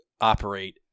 operate